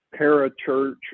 parachurch